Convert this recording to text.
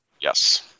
Yes